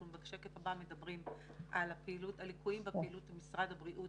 אנחנו בשקף הבא מדברים על ליקויים בפעילות של משרד הבריאות